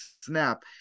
snap